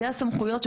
אלה הסמכויות,